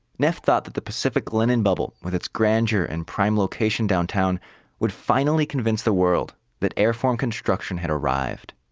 neff thought that the pacific linen bubble with its grandeur and prime location downtown would finally convince the world that airform construction had arrived.